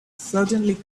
suddenly